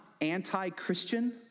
anti-Christian